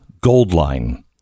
Goldline